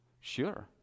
Sure